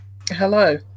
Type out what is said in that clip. Hello